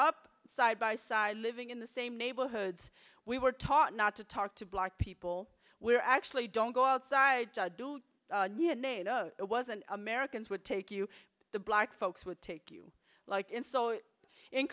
up side by side living in the same neighborhoods we were taught not to talk to black people we're actually don't go outside it wasn't americans would take you the black folks would take you like in so in